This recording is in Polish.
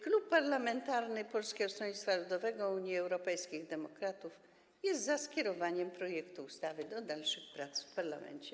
Klub Poselski Polskiego Stronnictwa Ludowego - Unii Europejskich Demokratów jest za skierowaniem projektu ustawy do dalszych prac w parlamencie.